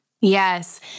Yes